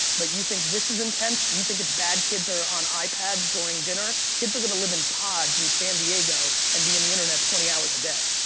but you think this is intense? you think it's bad kids are on ipads during dinner? kids are gonna live in pods in san diego and be in the internet twenty hours a day.